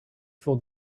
for